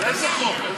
על איזה חוק?